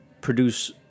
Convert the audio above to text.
produce